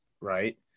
right